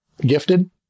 gifted